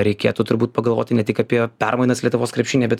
reikėtų turbūt pagalvoti ne tik apie permainas lietuvos krepšinyje bet